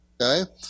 Okay